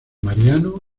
mariano